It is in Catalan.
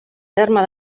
terme